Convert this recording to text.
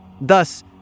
Thus